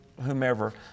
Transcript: whomever